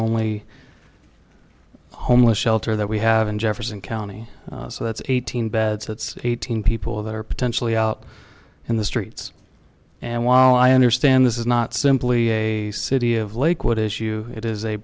only homeless shelter that we have in jefferson county so that's eight hundred beds that's eight thousand people that are potentially out in the streets and while i understand this is not simply a city of lakewood issue it is a